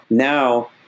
Now